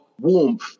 warmth